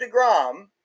DeGrom